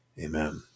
amen